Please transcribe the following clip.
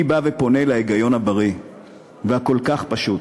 אני פונה אל ההיגיון הבריא והכל-כך פשוט: